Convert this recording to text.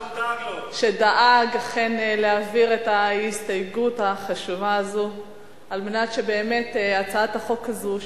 שדאג להעביר את ההסתייגות החשובה הזאת על מנת שבאמת הצעת החוק הזאת,